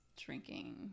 drinking